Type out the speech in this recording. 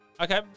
Okay